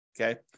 Okay